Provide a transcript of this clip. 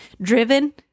driven